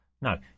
No